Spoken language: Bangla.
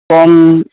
কম